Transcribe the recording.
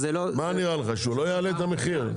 מה נראה לך, שהוא לא מעלה את המחיר?